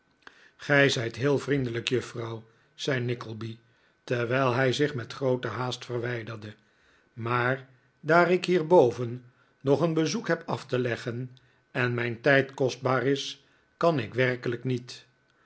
gij zijt heel vriendelijk juffrouw zei nickleby terwijl hij zich met groote haast verwijderde maar daar ik hier boven nog een bezoek heb af te leggen en mijn tijd kostbaar is kan ik werkelijk niet